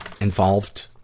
involved